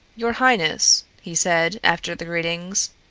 your highness, he said, after the greetings,